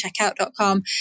checkout.com